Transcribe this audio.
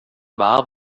wahr